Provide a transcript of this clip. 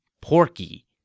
Porky